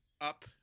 up